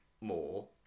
more